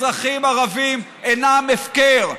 אזרחים ערבים אינם הפקר.